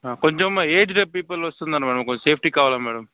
కొంచెం aged peoples వస్తున్నారు కొంచెం సేఫ్టీ కావాలి మ్యాడమ్